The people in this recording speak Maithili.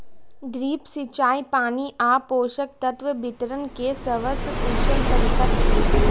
ड्रिप सिंचाई पानि आ पोषक तत्व वितरण के सबसं कुशल तरीका छियै